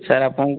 sir ଆପଣଙ୍କୁ